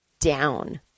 down